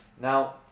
Now